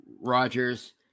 Rogers